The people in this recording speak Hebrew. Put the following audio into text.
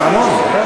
נשמע המון.